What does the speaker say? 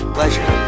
Pleasure